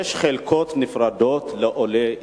יש חלקות נפרדות לעולי אתיופיה.